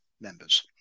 members